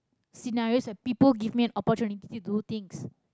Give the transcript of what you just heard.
scenarios where people give me an opportunity do things